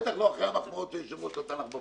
בטח לא אחרי המחמאות שהיושב-ראש נתן לך בבוקר.